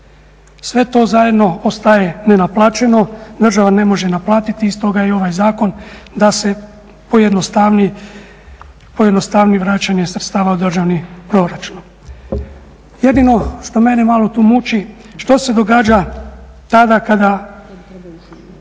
Sve to zajedno ostaje nenaplaćeno, država ne može naplatiti i stoga je i ovaj zakon da se pojednostavi vraćanje sredstava u državni proračun. Jedino što mene malo tu muči, što se događa tada kada